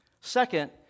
Second